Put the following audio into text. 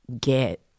get